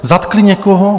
Zatkli někoho?